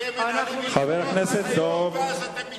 אתם מנהלים מלחמות עד היום, ואז אתם מתחרטים.